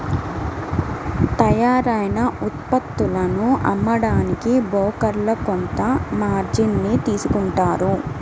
తయ్యారైన ఉత్పత్తులను అమ్మడానికి బోకర్లు కొంత మార్జిన్ ని తీసుకుంటారు